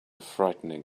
frightening